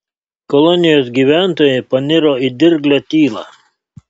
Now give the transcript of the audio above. kolonijos gyventojai paniro į dirglią tylą